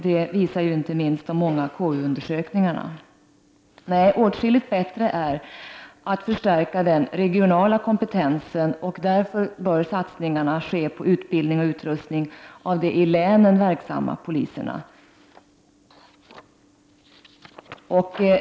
Det visar inte minst de många KU-undersökningarna. Nej, det är åtskilligt bättre att förstärka den regionala kompetensen. Därför bör satsningarna ske på utbildning och utrustning av de i länen verksamma poliserna.